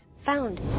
Found